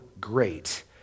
great